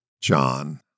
John